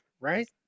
right